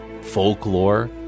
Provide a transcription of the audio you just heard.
folklore